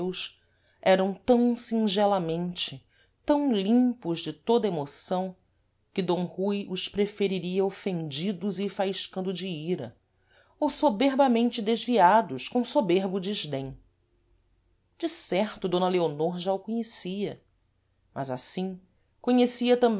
era tam singelamente tam limpos de toda a emoção que d rui os preferiria ofendidos e faiscando de ira ou soberbamente desviados com soberbo desdêm de certo d leonor já o conhecia mas assim conhecia